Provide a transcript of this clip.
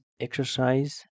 exercise